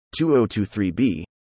2023b